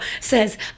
says